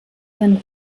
sein